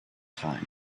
time